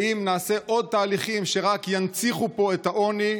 האם נעשה עוד תהליכים שרק ינציחו פה את העוני,